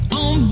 on